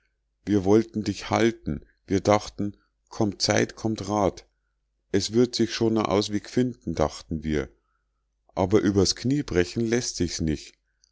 wir wollten dich halten wir dachten kommt zeit kommt rat es wird sich schon a ausweg finden dachten wir aber übers knie brechen läßt sich's nich